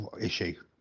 issue